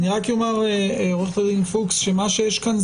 אני אומר עורכת הדין פוקס שמה שיש כאן,